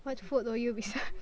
what food will you be served